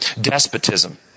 despotism